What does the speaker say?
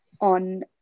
on